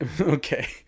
Okay